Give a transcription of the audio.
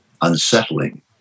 unsettling